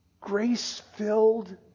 grace-filled